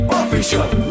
official